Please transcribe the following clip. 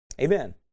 Amen